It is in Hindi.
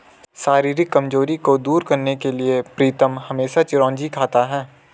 शारीरिक कमजोरी को दूर करने के लिए प्रीतम हमेशा चिरौंजी खाता है